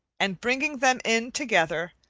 and bringing them in together,